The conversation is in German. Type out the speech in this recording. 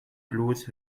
bloß